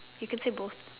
you can say both